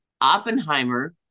Oppenheimer